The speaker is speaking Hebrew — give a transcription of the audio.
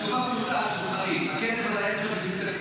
התשובה פשוטה --- הכסף הזה היה להיות בבסיס תקציב,